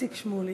איציק שמולי.